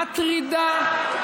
מטרידה,